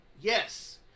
yes